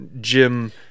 jim